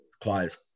quiet